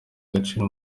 agaciro